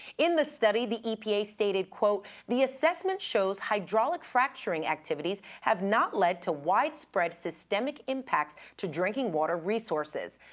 in the study, the epa stated, the assessment shows hydraulic fracturing activities have not led to widespread systemic impacts to drinking water resources.